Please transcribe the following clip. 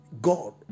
God